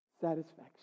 Satisfaction